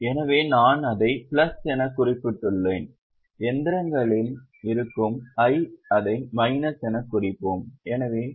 எனவே நான் அதை பிளஸ் எனக் குறிப்பிட்டுள்ளேன் இயந்திரங்களில் இருக்கும் I அதை மைனஸ் என்று குறிப்போம்